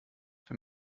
für